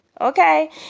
Okay